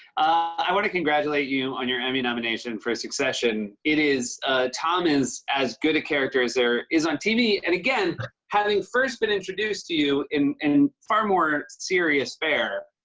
i want to congratulate you on your emmy nomination for succession. it is tom is as good a character as there is on tv and again, having first been introduced to you in in far more serious fare,